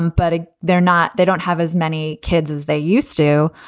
and but ah they're not they don't have as many kids as they used to.